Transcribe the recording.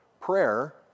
prayer